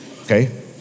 okay